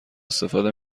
استفاده